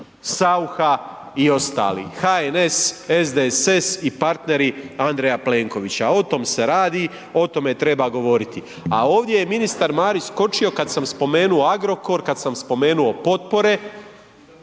SAucha i ostali, HNS, SDSS i partneri Andreja Plenkovića. O tome se radi, o tome treba govoriti. A ovdje je ministar Marić skočio kada sam spomenuo Agrokor, kada sam spomenuo potpore